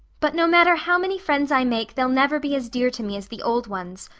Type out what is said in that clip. but no matter how many friends i make they'll never be as dear to me as the old ones.